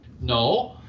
no